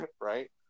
right